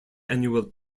annual